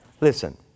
listen